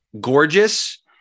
gorgeous